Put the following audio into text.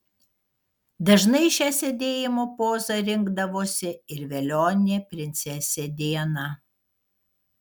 dažnai šią sėdėjimo pozą rinkdavosi ir velionė princesė diana